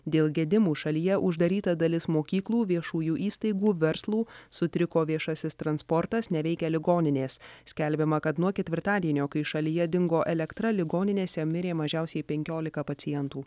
dėl gedimų šalyje uždaryta dalis mokyklų viešųjų įstaigų verslų sutriko viešasis transportas neveikia ligoninės skelbiama kad nuo ketvirtadienio kai šalyje dingo elektra ligoninėse mirė mažiausiai penkiolika pacientų